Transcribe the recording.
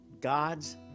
God's